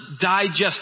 digest